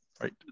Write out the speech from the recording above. Right